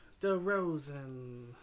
DeRozan